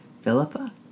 Philippa